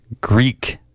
Greek